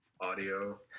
audio